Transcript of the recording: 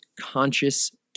conscious